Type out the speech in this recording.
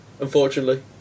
unfortunately